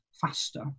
faster